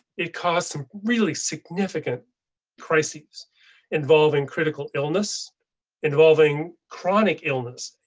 it caused some really significant crises involving critical illness involving chronic illness.